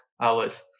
hours